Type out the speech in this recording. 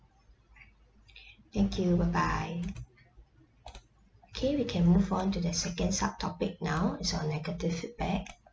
thank you bye bye okay we can move on to the second sub topic now it's on negative feedback